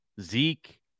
Zeke